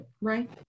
right